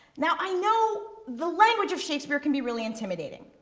now i know the language of shakespeare can be really intimidating.